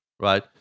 Right